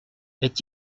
est